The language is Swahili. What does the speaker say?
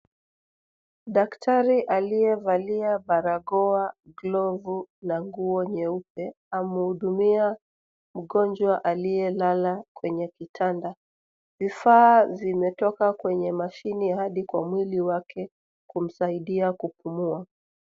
Daktari aliyevalia barakoa , glovu na nguo nyeupe amuhudumia mgonjwa aliyelala kwenye kitanda ,vifaa vimetoka kwenye mashini hadi kwa mwili wake kumsaidia .